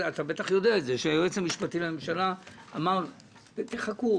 אתה בטח יודע את זה שהיועץ המשפטי לממשלה אמר: תחכו,